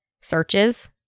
searches